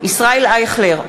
ישראל אייכלר,